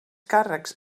càrrecs